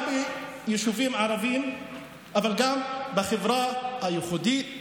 גם ביישובים ערביים אבל גם בחברה היהודית.